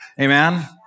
Amen